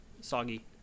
soggy